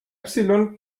epsilon